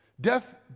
Death